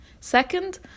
Second